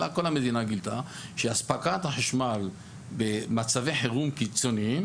אלא כל המדינה גילתה שאספקת החשמל במצבי חירום קיצוניים